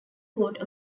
coat